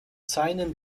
seinen